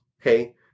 Okay